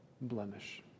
blemish